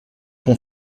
ton